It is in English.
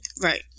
Right